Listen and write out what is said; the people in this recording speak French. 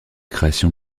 création